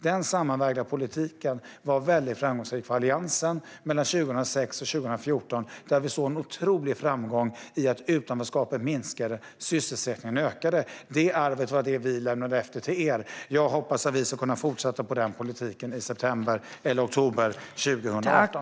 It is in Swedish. Den sammanvägda politiken var väldigt framgångsrik för Alliansen mellan 2006 och 2014 då vi såg en otrolig framgång i att utanförskapet minskade och sysselsättningen ökade. Det arvet lämnade vi efter oss till er. Jag hoppas att vi ska kunna fortsätta med den politiken i oktober 2018.